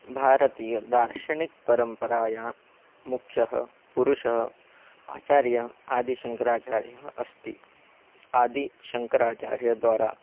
भारतीयदार्शनिक परम्परायां मुख्यः पुरुषः आचार्यः आदिशङ्कराचार्यः अस्ति आदिशङ्कराचार्यद्वारा